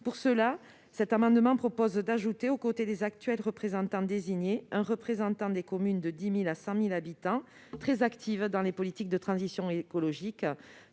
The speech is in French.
l'Ademe. Cet amendement tend donc à ajouter, aux côtés des actuels représentants désignés, un représentant des communes de 10 000 à 100 000 habitants, lesquelles sont très actives dans les politiques de transition écologique,